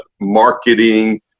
Marketing